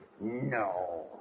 No